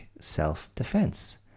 self-defense